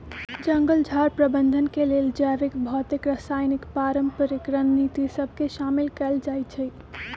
जंगल झार प्रबंधन के लेल जैविक, भौतिक, रासायनिक, पारंपरिक रणनीति सभ के शामिल कएल जाइ छइ